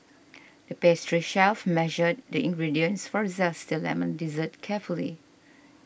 the pastry chef measured the ingredients for a Zesty Lemon Dessert carefully